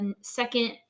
second